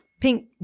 pink